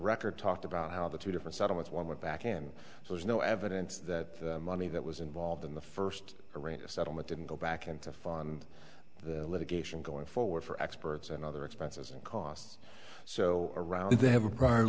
record talked about how the two different settlements one went back and there's no evidence that money that was involved in the first arena settlement didn't go back in to fund the litigation going forward for experts and other expenses and costs so around they have a prior